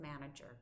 manager